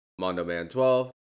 MondoMan12